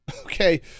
okay